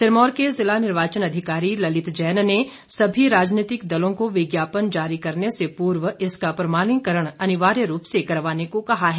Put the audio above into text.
सिरमौर के जिला निर्वाचन अधिकारी ललित जैन ने सभी राजनीतिक दलों को विज्ञापन जारी करने से पूर्व इसका प्रमाणीकरण अनिवार्य रूप से करवाने को कहा है